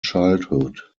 childhood